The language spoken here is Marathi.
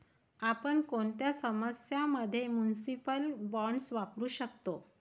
आपण कोणत्या समस्यां मध्ये म्युनिसिपल बॉण्ड्स वापरू शकतो?